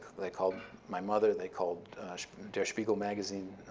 they called my mother. they called der spiegel magazine.